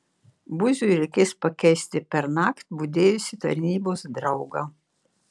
buziui reikės pakeisti pernakt budėjusį tarnybos draugą